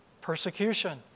Persecution